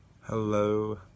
Hello